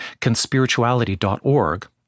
Conspirituality.org